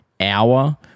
hour